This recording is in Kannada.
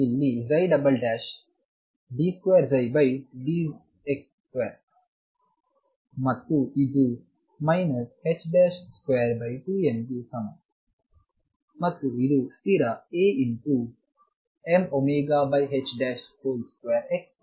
ಇಲ್ಲಿ d2dx2 ಮತ್ತು ಇದು 22mಗೆ ಸಮ